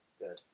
Good